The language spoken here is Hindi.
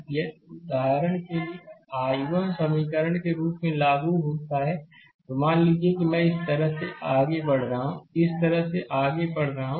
यदि उदाहरण के लिए एक I1 समीकरण के रूप में लागू होता है तो मान लीजिए कि मैं इस तरह से आगे बढ़ रहा हूं इस तरह से आगे बढ़ रहा हूं